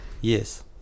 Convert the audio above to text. yes